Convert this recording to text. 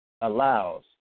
Allows